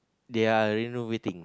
they are renovating